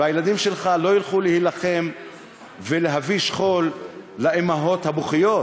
והילדים שלך לא ילכו להילחם ולהביא שכול לאימהות הבוכיות.